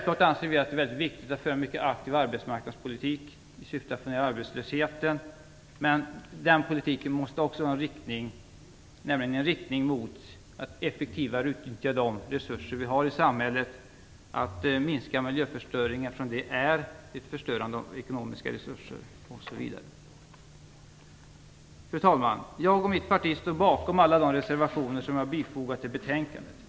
Vi anser självfallet att det är mycket viktigt att föra en mycket aktiv arbetsmarknadspolitik i syfte att få ned arbetslösheten, men den politiken måste också ha en inriktning mot att effektivare utnyttja de resurser vi har i samhället och att minska miljöförstöringen, eftersom den är ett förstörande av ekonomiska resurser. Fru talman! Jag och mitt parti står bakom alla de reservationer som jag har bifogat till betänkandet.